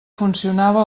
funcionava